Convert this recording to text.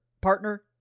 partner